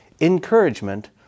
encouragement